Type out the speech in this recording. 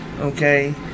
Okay